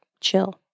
chill